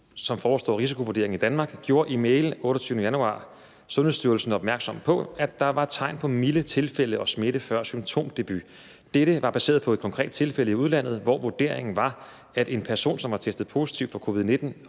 som forestår risikovurderingen i Danmark, gjorde i en mail af 28. januar 2020 Sundhedsstyrelsen (SST) opmærksomme på, at der var tegn på milde tilfælde og smitte før symptomdebut. Dette var baseret på et konkret tilfælde i udlandet, hvor vurderingen var, at en person, som var testet positiv for COVID-19